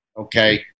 okay